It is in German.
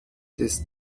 des